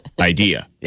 Idea